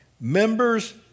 members